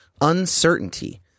uncertainty